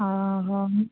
ହଁ ହଁ